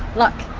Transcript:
look,